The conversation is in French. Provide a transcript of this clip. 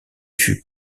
fut